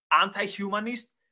anti-humanist